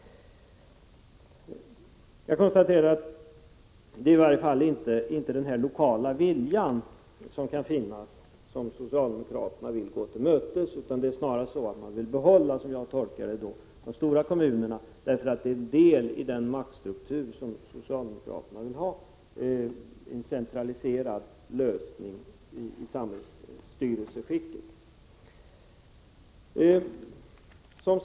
Jag konstaterar att det i varje fall inte är den lokala vilja som kan finnas som socialdemokraterna vill gå till mötes, utan de vill — såsom jag tolkar det hela — snarare behålla de stora kommunerna därför att dessa utgör en del i den maktstruktur som socialdemokraterna vill ha, dvs. en centraliserad lösning av samhällsstyrelseskicket.